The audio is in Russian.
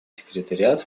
секретариат